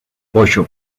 ocho